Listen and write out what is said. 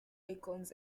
acorns